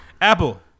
Apple